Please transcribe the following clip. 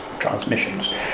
Transmissions